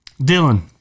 Dylan